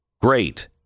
Great